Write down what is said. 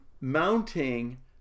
mounting